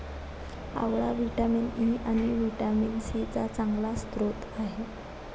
आवळा vitamin E आणि vitamin C चा चांगला स्रोत आहे